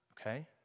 okay